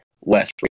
West